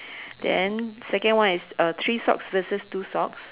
then second one is uh three socks versus two socks